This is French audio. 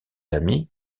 amis